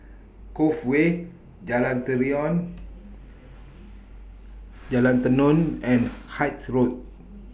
Cove Way Jalan Tenon and Hythe Road